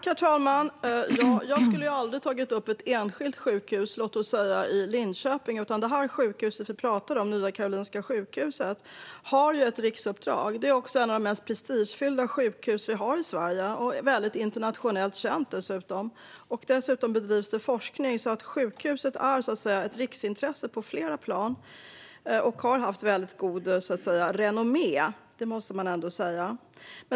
Herr talman! Jag skulle aldrig ha tagit upp ett enskilt sjukhus i, låt oss säga, Linköping. Det sjukhus vi talar om, Nya Karolinska sjukhuset, har ett riksuppdrag. Det är ett av de mest prestigefyllda sjukhus vi har i Sverige, och det är dessutom väldigt internationellt känt. Det bedrivs även forskning där. Sjukhuset är alltså ett riksintresse på flera plan och har haft väldigt gott renommé - det måste man ändå säga.